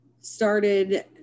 started